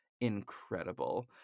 incredible